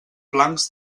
blancs